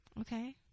Okay